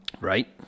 Right